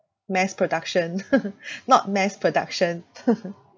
mess production not mass production